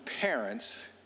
parents